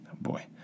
boy